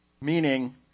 Meaning